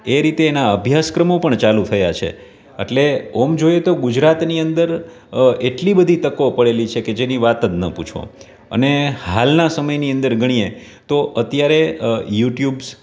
એ રીતે એનાં અભ્યાસક્રમો પણ ચાલુ થયા છે એટલે આમ જોઈએ તો ગુજરાતની અંદર એટલી બધી તકો પડેલી છે કે જેની વાત જ ન પૂછો અને હાલનાં સમયની અંદર ગણીએ તો અત્યારે યુટ્યુબ્સ